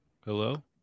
Hello